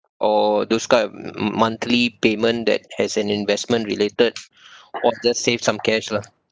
or those kind of monthly payment that has an investment related or just save some cash lah